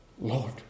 Lord